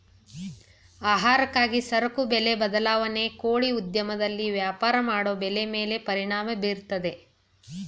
ಆಹಾರಕ್ಕಾಗಿ ಸರಕು ಬೆಲೆಯ ಬದಲಾವಣೆ ಕೋಳಿ ಉದ್ಯಮದಲ್ಲಿ ವ್ಯಾಪಾರ ಮಾಡೋ ಬೆಲೆ ಮೇಲೆ ಪರಿಣಾಮ ಬೀರ್ತದೆ